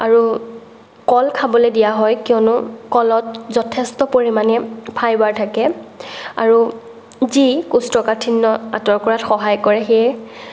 আৰু কল খাবলৈ দিয়া হয় কিয়নো কলত যথেষ্ট পৰিমাণে ফাইবাৰ থাকে আৰু যি কৌষ্ঠকাঠিন্য আঁতৰ কৰাত সহায় কৰে সেয়ে